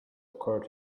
occurred